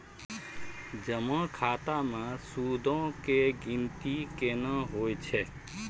जमा खाता मे सूदो के गिनती केना होय छै?